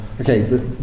okay